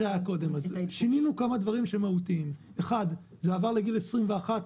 שינינו כמה דברים מהותיים: זה עבר לגיל 21,